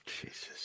Jesus